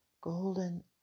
golden